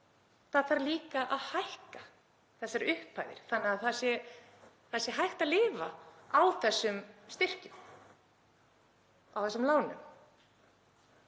Það þarf líka að hækka þessar upphæðir þannig að það sé hægt að lifa á þessum styrkjum og lánum.